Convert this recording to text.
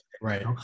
right